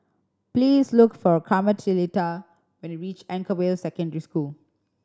please look for Carmelita when you reach Anchorvale Secondary School